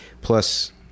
Plus